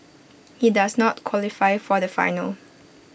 he does not qualify for the final